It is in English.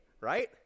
right